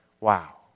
Wow